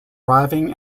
arriving